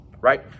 Right